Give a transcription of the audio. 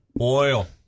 oil